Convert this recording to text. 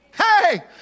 Hey